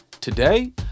Today